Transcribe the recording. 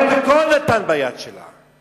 הרי הכול נתן ביד שלה.